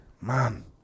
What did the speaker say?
man